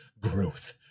growth